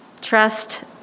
trust